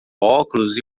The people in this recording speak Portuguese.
óculos